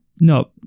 No